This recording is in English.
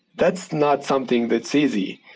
that's not something that's easy.